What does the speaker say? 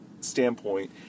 standpoint